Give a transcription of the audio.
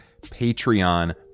Patreon